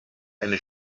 eine